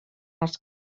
els